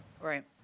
Right